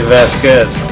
Vasquez